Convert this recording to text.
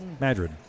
Madrid